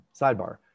sidebar